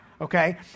okay